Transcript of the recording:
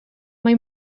mae